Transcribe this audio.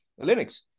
Linux